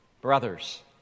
Brothers